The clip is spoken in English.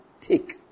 take